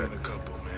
a couple,